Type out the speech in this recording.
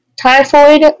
Typhoid